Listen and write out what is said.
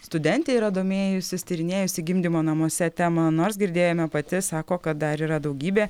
studentė yra domėjusis tyrinėjusi gimdymo namuose temą nors girdėjome pati sako kad dar yra daugybė